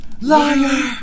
Liar